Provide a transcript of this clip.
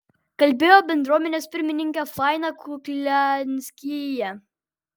kalbėjo bendruomenės pirmininkė faina kuklianskyje